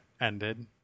ended